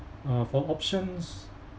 uh for options